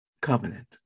covenant